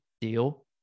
deal